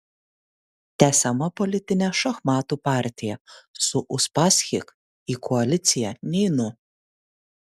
tęsiama politinė šachmatų partija su uspaskich į koaliciją neinu